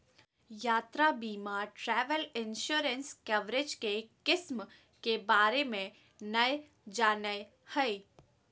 यात्रा बीमा travel insurance coverage के किस्म के बारे में नय जानय हइ